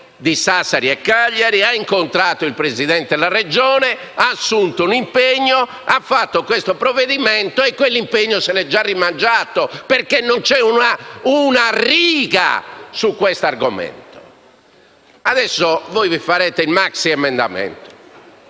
di Sassari e Cagliari e il Presidente della Regione; ha assunto un impegno e ha fatto questo provvedimento, ma quell'impegno se l'è già rimangiato, perché non c'è una riga sull'argomento. Adesso voi farete il maxiemendamento,